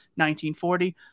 1940